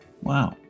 wow